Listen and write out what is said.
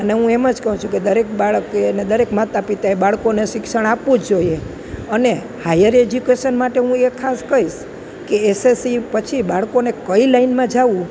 અને હું એમ જ કહું છું કે દરેક બાળકે અને દરેક માતા પિતાએ બાળકોને શિક્ષણ આપવું જ જોઈએ અને હાયર એજ્યુકેશન માટે હું એ ખાસ કહીશ કે એસેસી પછી બાળકોને કઈ લાઇનમાં જવું